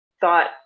thought